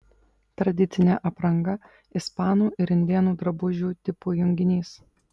tradicinė apranga ispanų ir indėnų drabužių tipų junginys